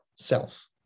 self